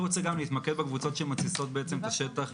אני רוצה גם להתמקד בקבוצות שמתסיסות בעצם את השטח.